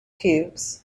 cubes